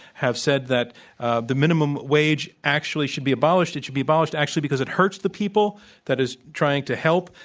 have said that the minimum wage actually should be abolished. it should be abolished actually because it hurts the people that it's trying to help,